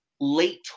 late